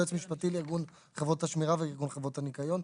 יועץ משפטי לארגון חברות השמירה וארגון חברות הניקיון.